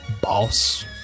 boss